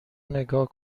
نگاه